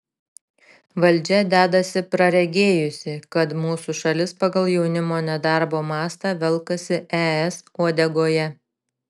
valdžia dedasi praregėjusi kad mūsų šalis pagal jaunimo nedarbo mastą velkasi es uodegoje